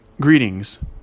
greetings